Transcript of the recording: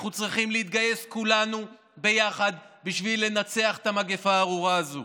אנחנו צריכים להתגייס כולנו ביחד בשביל לנצח את המגפה הארורה הזו.